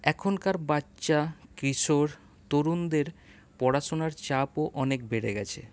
এখনকার বাচ্চা কিশোর তরুনদের পড়াশোনার চাপও অনেক বেড়ে গেছে